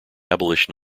abolition